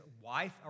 wife